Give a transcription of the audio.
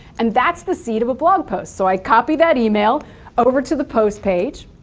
and that's the seed of a blog post. so i copy that email over to the post page,